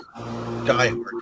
diehard